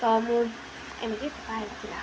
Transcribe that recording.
ତ ମୁଁ ଏମିତି କୁହାହେଇଥିଲା